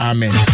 Amen